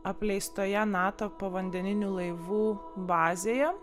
apleistoje nato povandeninių laivų bazėje